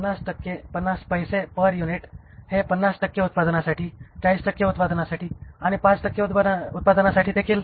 50 पैसे पर युनिट हे 50 टक्के उत्पादनासाठी 40 टक्के उत्पादनासाठी आणि 5 टक्के उत्पादन साठी देखील